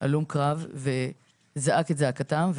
הלום קרב וזעק את זעקתם,